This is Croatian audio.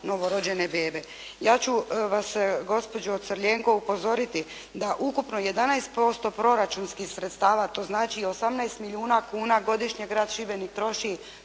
Ja ću vas gospođo Crljenko upozoriti da ukupno 11% proračunskih sredstava, a to znači 18 milijuna kuna godišnje grad Šibenik troši